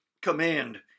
command